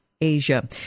Asia